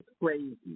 Crazy